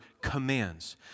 commands